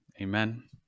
Amen